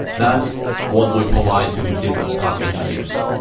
that's what we provide to these different type of engineers.